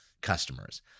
customers